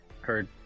heard